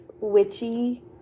witchy